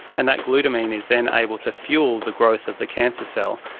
and that glutamine is then able to fuel the growth of the cancer cell,